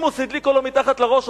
והדליקו לו פרימוס מתחת לראש.